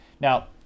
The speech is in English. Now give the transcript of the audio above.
Now